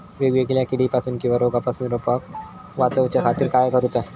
वेगवेगल्या किडीपासून किवा रोगापासून रोपाक वाचउच्या खातीर काय करूचा?